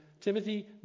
Timothy